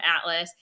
Atlas